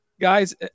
Guys